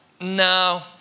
no